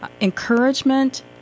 encouragement